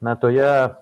na toje